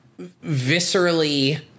viscerally